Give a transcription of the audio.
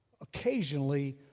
occasionally